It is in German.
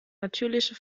natürliche